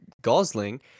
Gosling